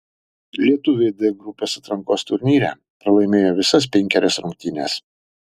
lietuviai d grupės atrankos turnyre pralaimėjo visas penkerias rungtynes